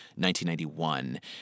1991